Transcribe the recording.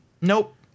nope